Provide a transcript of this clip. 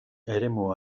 eremu